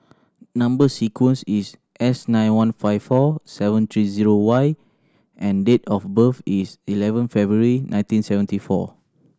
number sequence is S nine one five four seven three zero Y and date of birth is eleven February nineteen seventy four